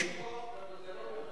קודם כול,